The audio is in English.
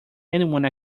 anyone